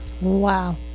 wow